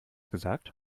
gesagt